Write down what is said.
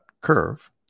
curve